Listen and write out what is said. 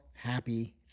happy